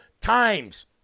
times